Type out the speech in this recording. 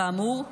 כאמור,